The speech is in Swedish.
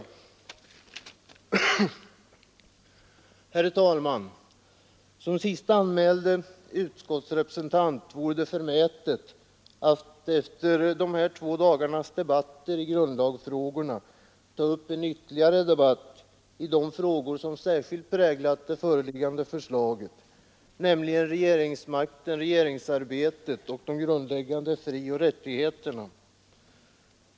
Herr talman! Det vore förmätet av mig som siste anmälde utskottsrepresentant att efter de här två dagarnas debatt i grundlagsfrågorna ytterligare diskutera de frågor som särskilt uppmärksammats i det föreliggande förslaget, nämligen regeringsmakten, regeringsarbetet och de grundläggande frioch rättigheterna.